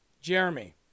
Jeremy